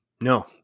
No